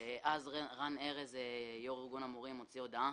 אז רן ארז, יושב-ראש ארגון המורים, הוציא הודעה